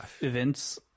events